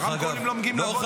הרמקולים לא מגיעים לווליום.